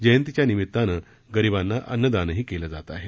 जयंतीच्या निमित्तानं गरिबांना अन्नदानही केलं जात आहे